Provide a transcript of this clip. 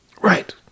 Right